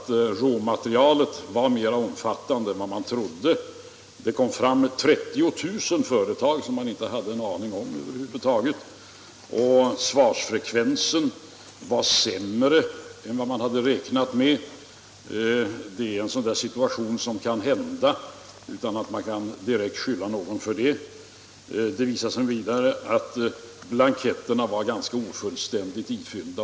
a. kom det fram 30 000 företag vilkas existens man över huvud taget inte haft en aning om. Dessutom var svarsfrekvensen sämre än vad man hade räknat med — det är sådant som kan hända utan att man kan beskylla någon för det — och det visade sig vidare att blanketterna var ganska ofullständigt ifyllda.